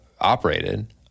operated